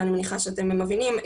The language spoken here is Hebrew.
ואני מניחה שאתם מבינים,